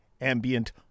ambient